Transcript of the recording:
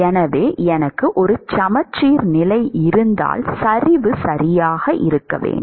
எனவே எனக்கு ஒரு சமச்சீர் நிலை இருந்தால் சரிவு சரியாக இருக்க வேண்டும்